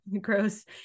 gross